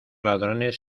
ladrones